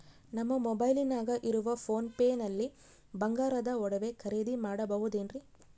ನಮ್ಮ ಮೊಬೈಲಿನಾಗ ಇರುವ ಪೋನ್ ಪೇ ನಲ್ಲಿ ಬಂಗಾರದ ಒಡವೆ ಖರೇದಿ ಮಾಡಬಹುದೇನ್ರಿ?